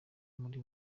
muri